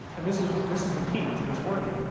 and this is this is the key to this working.